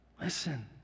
Listen